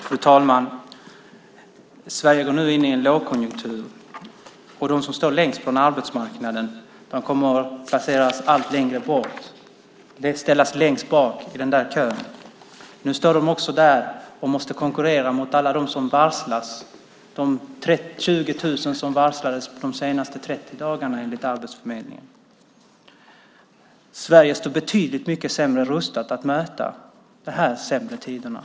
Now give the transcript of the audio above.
Fru talman! Sverige går in i en lågkonjunktur. De som står längst från arbetsmarknaden kommer att placeras allt längre bort och ställas längst bak i kön. Nu måste de konkurrera med alla dem som varslas. Under de senaste 30 dagarna har 20 000 personer varslats enligt Arbetsförmedlingen. Sverige står betydligt sämre rustat att möta de här sämre tiderna.